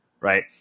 Right